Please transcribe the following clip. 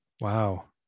Wow